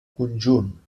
conjunt